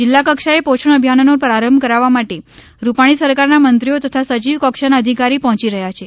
જિલ્લા કક્ષાએ પોષણ અભિયાનનો પ્રારંભ કરાવવા માટે રૂપાણી સરકારના મંત્રીઓ તથા સચિવ કક્ષાના અધિકારી પહોચી રહ્યા છે